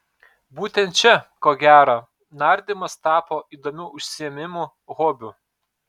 būtent čia ko gero nardymas tapo įdomiu užsiėmimu hobiu